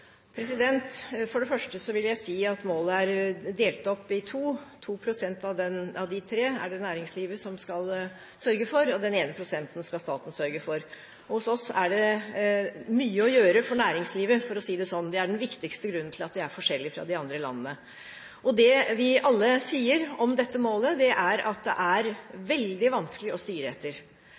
For det første vil jeg si at målet er delt opp i to – 2 pst. av de 3 pst. er det næringslivet som skal sørge for, og 1 pst. skal staten sørge for. Hos oss er det mye å gjøre for næringslivet, for å si det sånn. Det er den viktigste grunnen til at vi er forskjellig fra de andre landene. Det vi alle sier om dette målet, er at det er veldig vanskelig å styre etter.